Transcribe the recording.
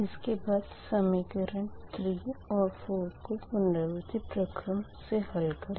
उसके बाद समीकरण 3 और 4 को पुनरावर्ती प्रक्रम से हल करें